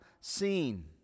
seen